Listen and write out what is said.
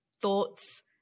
thoughts